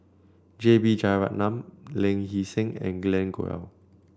J B Jeyaretnam Ling Hee Seng and Glen Goei